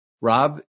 Rob